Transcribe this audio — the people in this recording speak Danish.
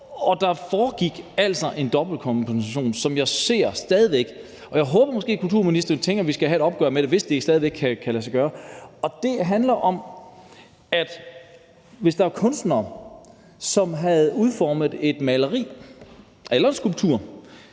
og der foregik altså en dobbeltkompensation, som jeg stadig væk ser. Og jeg håber måske, at kulturministeren tænker, at vi skal have et opgør med det, hvis det stadig væk kan lade sig gøre. Det handler om, at hvis der var kunstnere, som havde udformet et maleri eller en skulptur